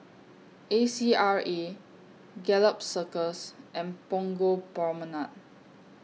A C R A Gallop Circus and Punggol Promenade